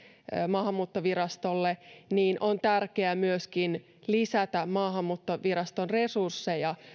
maahanmuuttovirastolle on tärkeää myöskin lisätä maahanmuuttoviraston resursseja